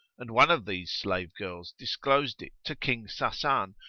and one of these slave girls disclosed it to king sasan,